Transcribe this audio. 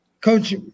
coach